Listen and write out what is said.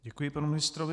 Děkuji panu ministrovi.